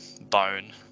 bone